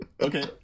Okay